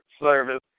service